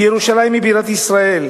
כי ירושלים היא בירת ישראל.